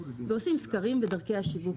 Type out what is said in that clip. ואנחנו עושים סקרים על דרכי השיווק.